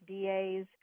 DAs